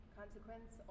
consequence